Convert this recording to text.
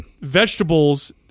vegetables